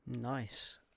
Nice